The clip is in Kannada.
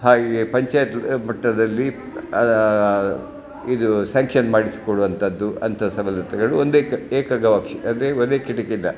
ಹಾಗೆ ಪಂಚಾಯತ್ ಮಟ್ಟದಲ್ಲಿ ಇದು ಸ್ಯಾಂಕ್ಷನ್ ಮಾಡಿಸಿಕೊಳ್ಳುವಂಥದ್ದು ಅಂಥ ಸವಲತ್ತುಗಳು ಒಂದೇ ಏಕ ಗವಾಕ್ಷಿ ಅಂದರೆ ಒಂದೇ ಕಿಟಕಿಯಿಂದ